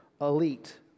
elite